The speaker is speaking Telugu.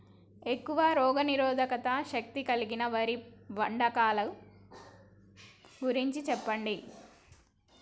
ఎక్కువ రోగనిరోధక శక్తి కలిగిన వరి వంగడాల గురించి చెప్పండి?